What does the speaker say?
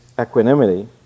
equanimity